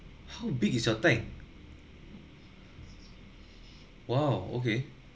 how big is your tank !wow! okay